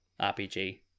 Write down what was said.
RPG